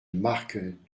marc